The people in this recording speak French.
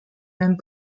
mêmes